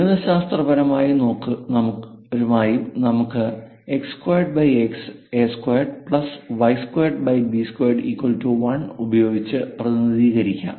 ഗണിതശാസ്ത്രപരമായും നമുക്ക് x2a2y2b21 ഉപയോഗിച്ച് പ്രതിനിധീകരിക്കാം